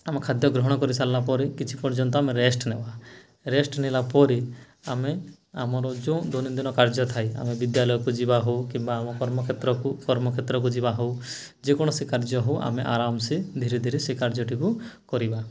ଆମ ଖାଦ୍ୟ ଗ୍ରହଣ କରିସାରିଲା ପରେ କିଛି ପର୍ଯ୍ୟନ୍ତ ଆମେ ରେଷ୍ଟ ନେବା ରେଷ୍ଟ ନେଲା ପରେ ଆମେ ଆମର ଯୋଉ ଦୈନନ୍ଦିନ କାର୍ଯ୍ୟ ଥାଏ ଆମେ ବିଦ୍ୟାଳୟକୁ ଯିବା ହେଉ କିମ୍ବା ଆମ କର୍ମକ୍ଷେତ୍ରକୁ କର୍ମକ୍ଷେତ୍ରକୁ ଯିବା ହେଉ ଯେକୌଣସି କାର୍ଯ୍ୟ ହେଉ ଆମେ ଆରାମସେ ଧୀରେ ଧୀରେ ସେ କାର୍ଯ୍ୟଟିକୁ କରିବା